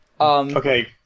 Okay